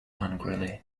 angrily